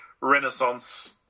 renaissance